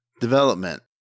Development